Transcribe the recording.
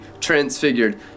transfigured